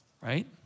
Right